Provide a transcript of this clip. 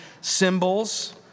symbols